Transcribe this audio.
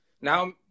Now